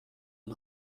and